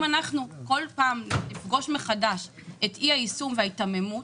אם אנחנו כל פעם נפגוש מחדש את אי היישום וההיתממות,